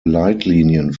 leitlinien